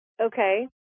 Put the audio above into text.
Okay